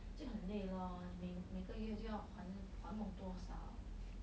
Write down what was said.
就很累 lor 你每每个月就要还还不懂多少